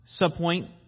subpoint